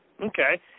Okay